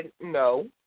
no